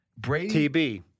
TB